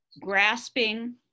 grasping